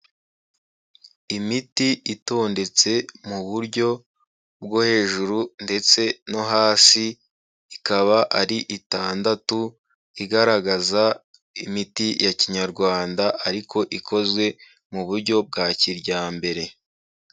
Imiti itondetse mu buryo bwo hejuru ndetse no hasi, ikaba ari itandatu, igaragaza imiti ya kinyarwanda ariko ikozwe mu buryo bwa kijyambere.